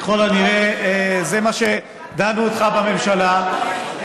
ככל הנראה לזה דנו אותך בממשלה,